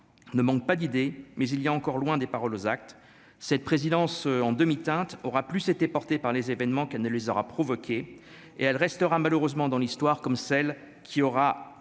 ne manque pas d'idées mais il y a encore loin des paroles aux actes cette présidence en demi-teinte aura plus été porté par les événements qu'elle ne les aura provoqué et elle restera malheureusement dans l'histoire comme celle qui aura